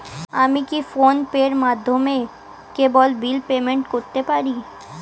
আমি কি ফোন পের মাধ্যমে কেবল বিল পেমেন্ট করতে পারি?